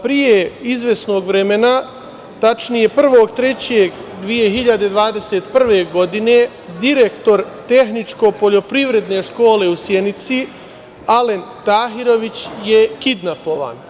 Pre izvesnog vremena, tačnije, 1. marta 2021. godine, direktor Tehničko-poljoprivredne škole u Sjenici, Alen Tahirović je kidnapovan.